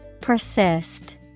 PERSIST